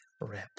Rip